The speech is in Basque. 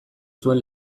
zuen